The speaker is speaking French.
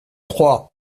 trois